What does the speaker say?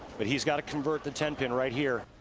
but he's got to convert the ten pin right here.